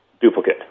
duplicate